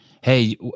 Hey